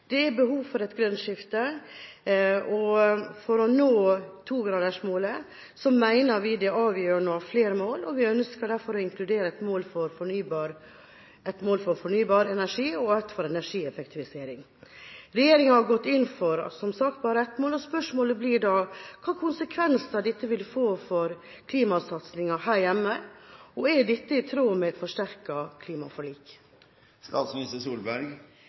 Det er behov for et grønt skifte, og for å nå 2-gradersmålet mener vi det er avgjørende å ha flere mål, så vi ønsker derfor å inkludere et mål om fornybar energi og et om energieffektivisering. Regjeringa har som sagt bare gått inn for ett mål, og spørsmålet blir da: Hvilke konsekvenser vil dette få for klimasatsingen her hjemme, og er dette i tråd med et forsterket klimaforlik?